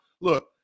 Look